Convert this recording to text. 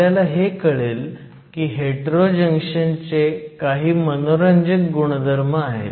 आपल्याला हे कळेल की हेटेरो जंक्शनचे काही मनोरंजक गुणधर्म आहेत